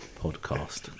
Podcast